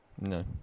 No